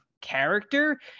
character